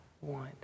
want